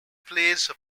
plays